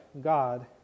God